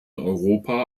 europa